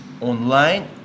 online